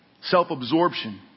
self-absorption